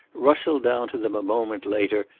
rustled down to them a moment later,